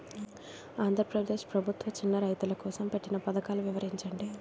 ఆంధ్రప్రదేశ్ ప్రభుత్వ చిన్నా రైతుల కోసం పెట్టిన పథకాలు వివరించండి?